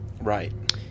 Right